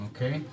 Okay